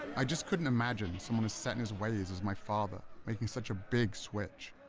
i just couldn't imagine someone as set in his ways as my father making such a big switch.